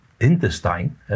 intestine